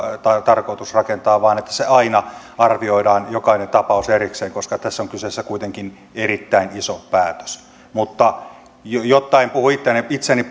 tarkoitus rakentaa vaan aina arvioidaan jokainen tapaus erikseen koska tässä on kyseessä kuitenkin erittäin iso päätös mutta jotta en puhu itseäni itseäni